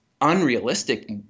unrealistic